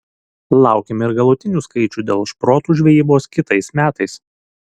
laukiame ir galutinių skaičių dėl šprotų žvejybos kitais metais